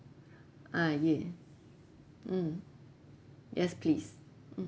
ah ya mm yes please